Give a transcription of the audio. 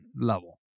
level